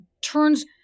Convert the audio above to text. turns